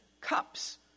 cups